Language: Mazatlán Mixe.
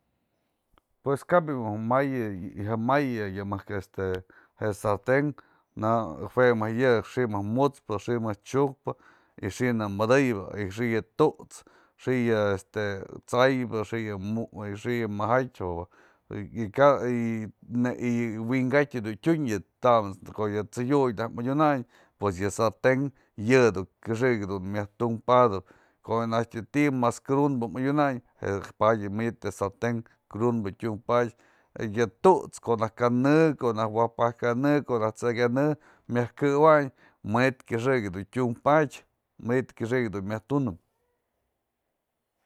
Pues kabë mayë, jyamayë yë mëjk este sarten jue mëjk yë xi'im mëjk mut'spë, xi'i chiukpë y xi'i nëmëdëyëbë y xë yë tu'uts, xë yë este t'saybë y xë yë majatypë y wi'inkatyë dun tyun, tamët's ko'o yë t'sëdyutë najk madyunanë pues yë sarten yë du kyaxëk dun myaj tunk padëp ko'o nayjt je ti mas krundë adyunanë padyë yë sarten krunbë tyun padyë y yë tu'uts ko'o ka'anë, ko'o najk waj pa'ak ka'anë, ko'o najk t'se'ey ka'anë myaj këwäny manit këxëk dun tyun padyë, manyt kyëxëk dun myaj tunëp.